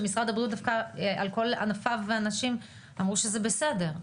שמשרד הבריאות דווקא על כל ענפו ואנשיו אמרו שזה בסדר.